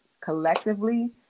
collectively